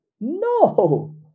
No